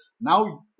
Now